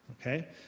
Okay